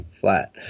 flat